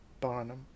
Barnum